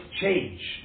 change